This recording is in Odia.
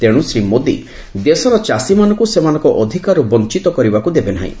ତେଣୁ ଶ୍ରୀ ମୋଦୀ ଦେଶର ଚାଷୀମାନଙ୍କୁ ସେମାନଙ୍କ ଅଧିକାରରୁ ବଞ୍ଚିତ କରିବାକୁ ଦେବେ ନାହିଁ